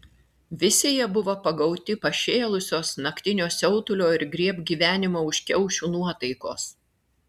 visi jie buvo pagauti pašėlusios naktinio siautulio ir griebk gyvenimą už kiaušių nuotaikos